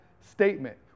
statement